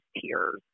tears